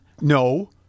No